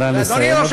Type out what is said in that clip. נא לסיים, אדוני.